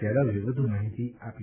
યાદવે વ્ધ્ માહિતી આપી